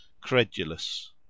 Credulous